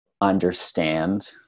understand